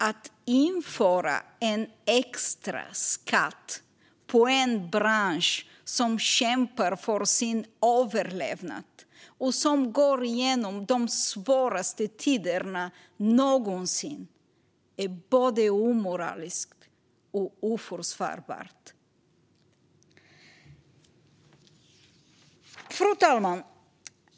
Att införa en extra skatt på en bransch som kämpar för sin överlevnad och som går igenom de svåraste tiderna någonsin är både omoraliskt och oförsvarbart. Fru talman!